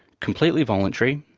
completely voluntary.